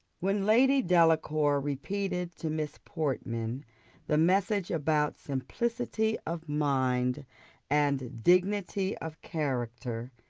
when lady delacour repeated to miss portman the message about simplicity of mind and dignity of character,